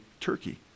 Turkey